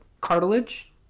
cartilage